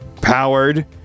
powered